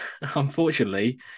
unfortunately